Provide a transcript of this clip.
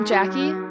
Jackie